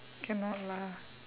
cannot lah